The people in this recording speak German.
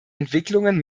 entwicklungen